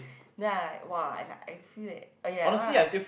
then I like !wah! like I feel that orh ya lah